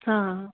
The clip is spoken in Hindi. हाँ